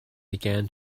began